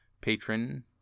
patron